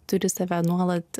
turi save nuolat